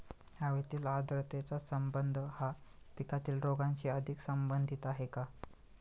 हवेतील आर्द्रतेचा संबंध हा पिकातील रोगांशी अधिक संबंधित आहे का?